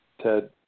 Ted